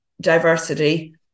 diversity